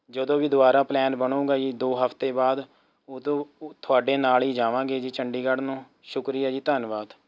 ਜਦੋਂ ਵੀ ਦੁਬਾਰਾ ਪਲੈਨ ਬਣੂਂਗਾ ਜੀ ਦੋ ਹਫਤੇ ਬਾਅਦ ਉਹਤੋਂ ਤੁਹਾਡੇ ਨਾਲ ਹੀ ਜਾਵਾਂਗੇ ਜੀ ਚੰਡੀਗੜ੍ਹ ਨੂੰ ਸ਼ੁਕਰੀਆ ਜੀ ਧੰਨਵਾਦ